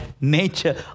nature